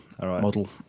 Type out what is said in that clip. Model